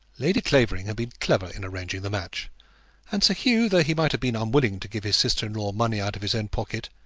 lady clavering had been clever in arranging the match and sir hugh, though he might have been unwilling to give his sister-in-law money out of his own pocket,